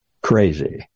crazy